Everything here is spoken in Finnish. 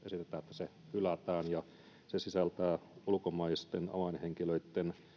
hylätään se sisältää ulkomaisia avainhenkilöitä